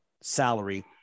salary